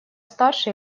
старше